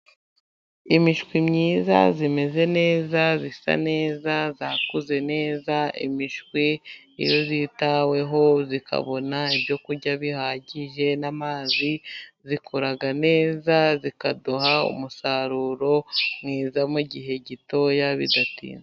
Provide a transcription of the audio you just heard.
Imishwi myiza imeze neza, isa neza yakuze neza, imishwi iyo yitaweho ikabona ibyo kurya bihagije n'amazi, ikura neza, ikaduha umusaruro mwiza mu gihe gitoya bidatinze.